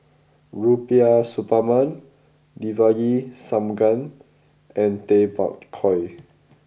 Rubiah Suparman Devagi Sanmugam and Tay Bak Koi